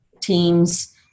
teams